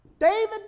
David